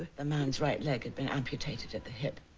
the man's right leg had been amputated at the hip.